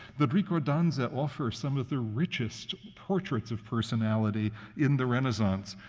the ricordanza offer some of the richest portraits of personality in the renaissance.